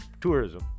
tourism